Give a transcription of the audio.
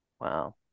Wow